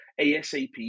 ASAP